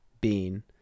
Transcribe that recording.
bean